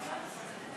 אדוני היושב-ראש,